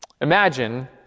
Imagine